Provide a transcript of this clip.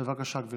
בבקשה, גברתי.